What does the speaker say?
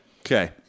Okay